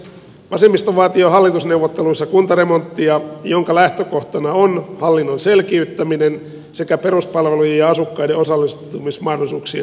vasemmisto vaati jo hallitusneuvotteluissa kuntaremonttia jonka lähtökohtana on hallinnon selkiyttäminen sekä peruspalvelujen ja asukkaiden osallistumismahdollisuuksien turvaaminen